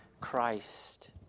Christ